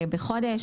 בחודש.